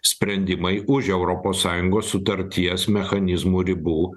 sprendimai už europos sąjungos sutarties mechanizmų ribų